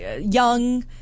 young